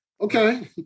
Okay